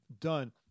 done